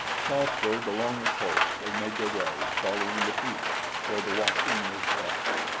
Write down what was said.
southward along the coast they made their way following the beach, where the walking was best,